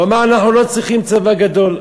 הוא אמר: אנחנו לא צריכים צבא גדול,